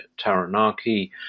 Taranaki